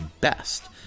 best